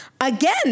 Again